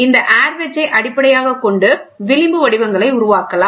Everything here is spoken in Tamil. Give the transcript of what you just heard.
இந்த ஆர் வேட்ச் அடிப்படையாக கொண்டு விளிம்பு வடிவங்களை உருவாக்கலாம்